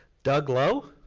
doug lowe,